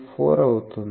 494 అవుతుంది